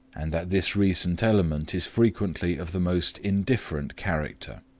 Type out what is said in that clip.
and that this recent element is frequently of the most indifferent character.